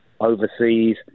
overseas